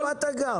איפה אתה גר?